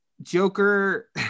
Joker